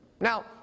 Now